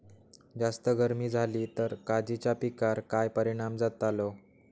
जास्त गर्मी जाली तर काजीच्या पीकार काय परिणाम जतालो?